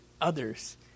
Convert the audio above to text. others